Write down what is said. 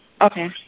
Okay